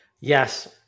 Yes